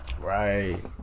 Right